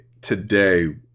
today